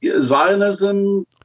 Zionism